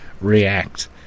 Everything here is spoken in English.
react